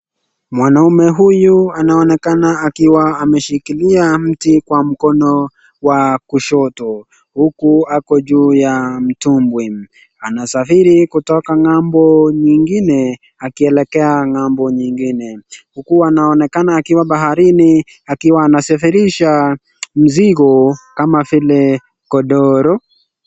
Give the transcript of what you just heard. Mwanaume huyu anaonekana akiwa ameshikilia mtu kwa mkono wa kushoto , huku ako juu ya mtumbwi. Anasafiri kutoka ngambo nyingine akielekea ngambo nyingine gine. Huku wanaonekana wakiwa baharini akiwa anasafirisha mzigo kama vile godoro.